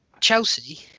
Chelsea